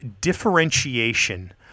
differentiation